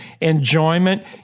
enjoyment